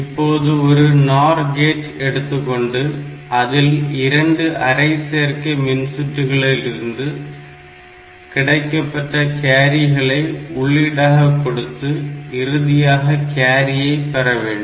இப்போது ஒரு NOR gate எடுத்துக்கொண்டு அதில் இரண்டு அரை சேர்க்கை மின்சுற்றுகளிலிருந்து கிடைக்கப்பெற்ற கேரிகளை உள்ளீடாக கொடுத்து இறுதியான கேரியை பெறவேண்டும்